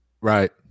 Right